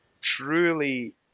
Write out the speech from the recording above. truly